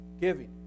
giving